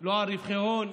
לא על רווחי הון,